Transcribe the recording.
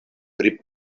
pri